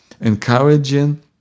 encouraging